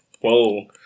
Whoa